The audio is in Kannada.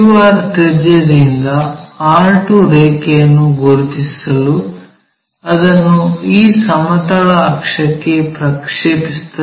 qr ತ್ರಿಜ್ಯದಿಂದ r2 ರೇಖೆಯನ್ನು ಗುರುತಿಸಲು ಅದನ್ನು ಈ ಸಮತಲ ಅಕ್ಷಕ್ಕೆ ಪ್ರಕ್ಷೇಪಿಸುತ್ತದೆ